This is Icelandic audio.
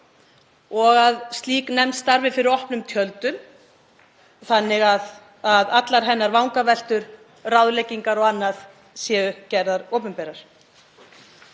og að slík nefnd starfi fyrir opnum tjöldum þannig að allar hennar vangaveltur, ráðleggingar og annað séu gerðar opinberar.